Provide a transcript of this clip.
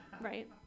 right